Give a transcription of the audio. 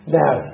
now